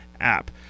app